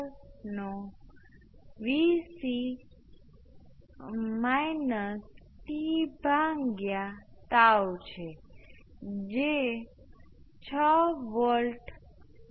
તેથી આ ભાગ જે ઇમ્પલ્સ છે તે આ ભાગને સંતુલિત કરે છે જે પણ ઇમ્પલ્સ છે